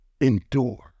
endure